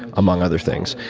among other things,